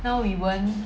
now we won't